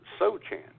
Sochan